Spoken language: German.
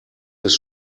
ist